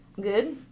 Good